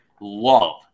love